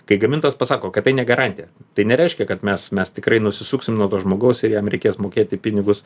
kai gamintojas pasako kad tai ne garantija tai nereiškia kad mes mes tikrai nusisuksim nuo to žmogaus ir jam reikės mokėti pinigus